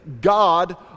God